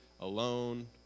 alone